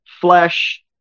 flesh